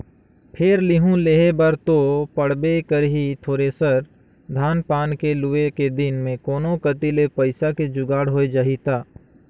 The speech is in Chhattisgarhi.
फेर लेहूं लेहे बर तो पड़बे करही थेरेसर, धान पान के लुए के दिन मे कोनो कति ले पइसा के जुगाड़ होए जाही त